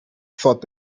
thought